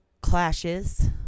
clashes